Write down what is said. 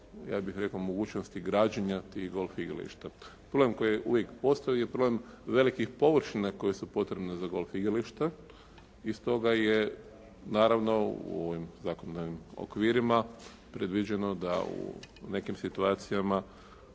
ja bih rekao mogućnosti građenja golf igrališta. Problem koji uvijek postoji je problem velikih površina koje su potrebne za golf igrališta i stoga je naravno u ovim zakonodavnim okvirima predviđeno da u nekim situacijama